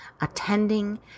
attending